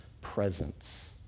presence